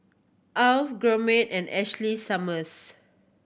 Alf Gourmet and Ashley Summers